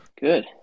Good